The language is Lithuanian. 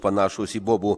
panašūs į bobų